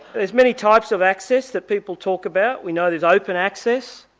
there's many types of access that people talk about. we know there's open access,